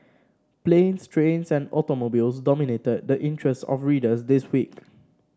planes trains and automobiles dominated the interests of readers this week